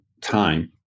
time